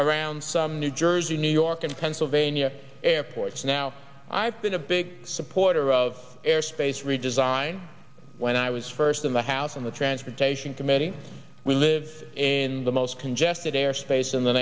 around some new jersey new york and pennsylvania airports now i've been a big supporter of airspace redesign when i was first in the house in the transportation committee we live in the most congested airspace in the